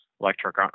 electric